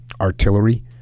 artillery